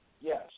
Yes